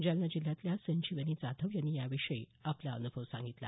जालना जिल्ह्यातल्या संजिवनी जाधव यांनी या विषयी आपला अनुभव सांगितला